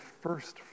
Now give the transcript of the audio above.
first